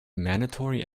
mandatory